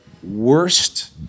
worst